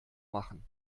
machen